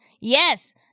Yes